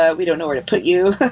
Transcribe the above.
ah we don't know where to put you.